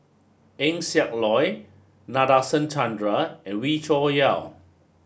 Eng Siak Loy Nadasen Chandra and Wee Cho Yaw